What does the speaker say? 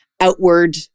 outward